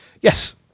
Yes